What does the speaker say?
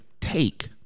take